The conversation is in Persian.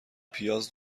پیاز